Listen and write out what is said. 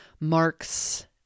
marks